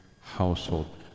household